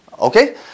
okay